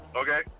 okay